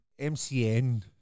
MCN